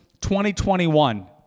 2021